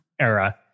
era